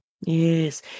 Yes